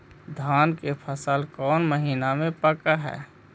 धान के फसल कौन महिना मे पक हैं?